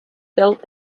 built